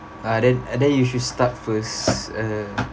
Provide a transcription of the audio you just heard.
ah then ah then you should start first uh